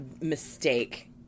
mistake